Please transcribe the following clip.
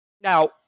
Now